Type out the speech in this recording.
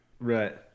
Right